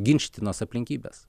ginčytinos aplinkybės